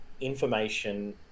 information